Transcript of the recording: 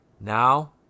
now